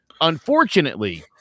unfortunately